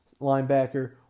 linebacker